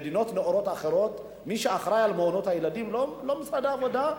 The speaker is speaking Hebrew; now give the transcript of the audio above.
במדינות נאורות אחרות מי שאחראי למעונות הילדים הוא לא משרד העבודה,